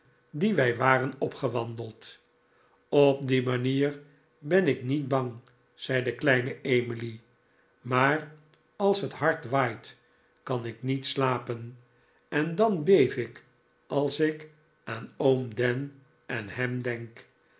dien wij waren opgewandeld op die manier ben ik niet bang zei de kleine emily maar als het hard waait kan ik niet slapen en dan beef ik als ik aan oom dan en ham denk